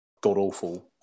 god-awful